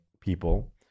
people